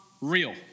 real